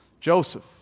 Joseph